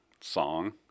song